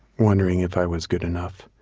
wondering if i was good enough.